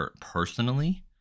personally